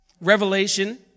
revelation